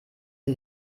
sie